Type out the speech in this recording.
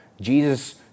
Jesus